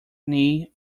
knee